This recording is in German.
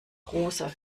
großer